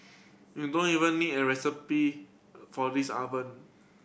you don't even need an recipe for this oven